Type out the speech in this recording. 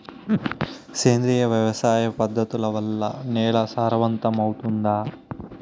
సేంద్రియ వ్యవసాయ పద్ధతుల వల్ల, నేల సారవంతమౌతుందా?